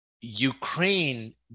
ukraine